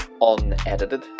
unedited